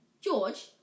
George